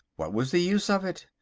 what was the use of it?